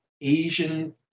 Asian